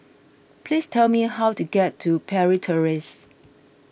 please tell me how to get to Parry Terrace